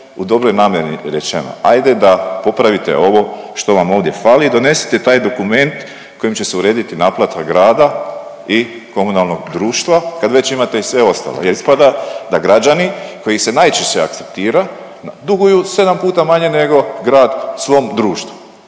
u dobroj namjeri rečeno. Ajde da popravite ovo što vam ovdje fali i donesite taj dokument kojim će se urediti naplata grada i komunalnog društva kad već imate i sve ostalo. Jer ispada da građani koje se najčešće akceptira, duguju 7 puta manje nego grad svom društvu,